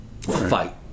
fight